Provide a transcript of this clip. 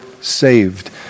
saved